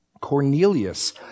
Cornelius